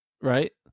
right